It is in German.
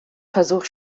versuch